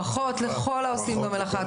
ברכות לכל העושים במלאכה.